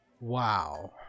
wow